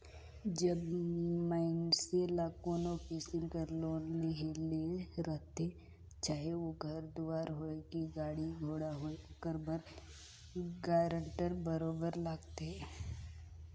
जब मइनसे ल कोनो किसिम कर लोन लेहे ले रहथे चाहे ओ घर दुवार होए कि गाड़ी घोड़ा होए ओकर बर गारंटर बरोबेर लागथे